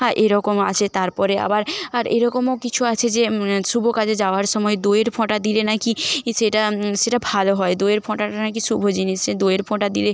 হ্যাঁ এরকম আছে তারপরে আবার আর এরকমও কিছু আছে যে শুভ কাজে যাওয়ার সময় দইয়ের ফোঁটা দিলে না কি সেটা সেটা ভালো হয় দইয়ের ফোঁটাটা না কি শুভ জিনিসে দইয়ের ফোঁটা দিলে